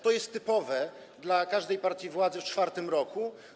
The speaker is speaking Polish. To jest typowe dla każdej partii władzy w czwartym roku.